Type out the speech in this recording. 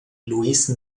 louise